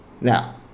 now